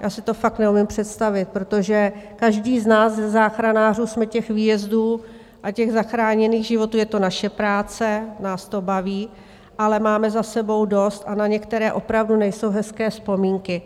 Já si to fakt neumím představit, protože každý z nás, ze záchranářů, jsme těch výjezdů a těch zachráněných životů je to naše práce, nás to baví ale máme za sebou dost, a na některé opravdu nejsou hezké vzpomínky.